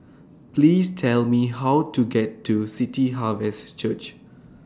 Please Tell Me How to get to City Harvest Church